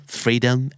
freedom